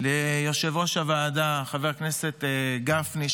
ליושב-ראש הוועדה חבר הכנסת גפני,